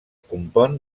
compon